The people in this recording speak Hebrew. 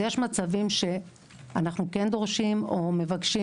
יש מצבים שאנחנו כן דורשים או מבקשים